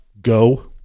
Go